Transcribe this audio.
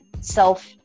self